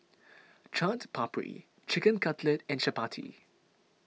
Chaat Papri Chicken Cutlet and Chapati